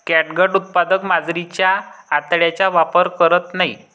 catgut उत्पादक मांजरीच्या आतड्यांचा वापर करत नाहीत